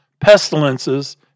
pestilences